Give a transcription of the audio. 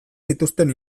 zituzten